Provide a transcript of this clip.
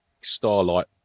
starlight